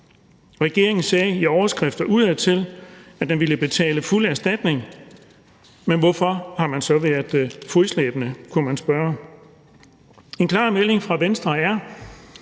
Regeringen sagde i overskrifter udadtil, at den ville betale fuld erstatning, men hvorfor har man så været fodslæbende? kunne man spørge. En klar melding fra Venstre er,